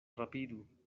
rapidu